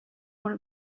one